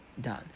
done